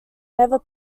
never